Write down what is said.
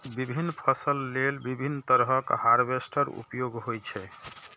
विभिन्न फसल लेल विभिन्न तरहक हार्वेस्टर उपयोग होइ छै